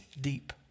deep